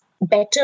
better